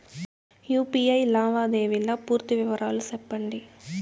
UPI లావాదేవీల పూర్తి వివరాలు సెప్పండి?